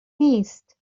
نیست